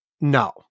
No